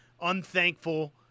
unthankful